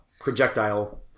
projectile